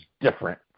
different